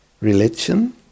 religion